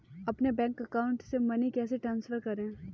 अपने bank account से money कैसे ट्रांसफर करें?